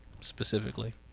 specifically